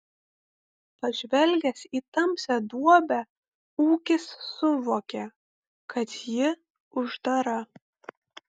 pažvelgęs į tamsią duobę ūkis suvokė kad ji uždara